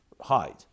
hide